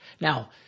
now